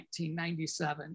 1997